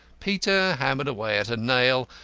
peter hammered away at a nail,